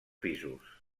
pisos